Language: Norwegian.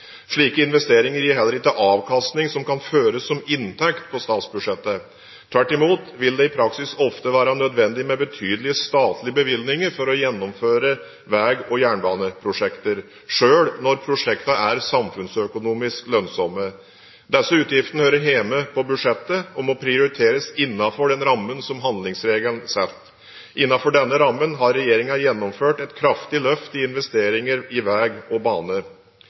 Slike investeringer gir heller ikke en avkastning som kan føres som inntekt på statsbudsjettet. Tvert imot vil det i praksis ofte være nødvendig med betydelige statlige bevilgninger for å gjennomføre veg- og jernbaneprosjekter, selv når prosjektene er samfunnsøkonomisk lønnsomme. Disse utgiftene hører hjemme på budsjettet og må prioriteres innenfor den rammen handlingsregelen setter. Innenfor denne rammen har regjeringen gjennomført et kraftig løft i investeringer i vei og bane.